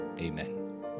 Amen